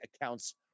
accounts